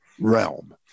realm